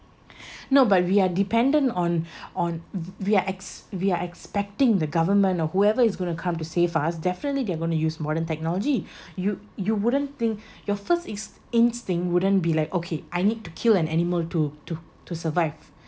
no but we are dependent on on we are ex~ we are expecting the government or whoever is going to come to save us definitely they're going to use modern technology you you wouldn't think your first ins~ instinct wouldn't be like okay I need to kill an animal to to to survive